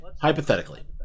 hypothetically